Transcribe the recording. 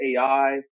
AI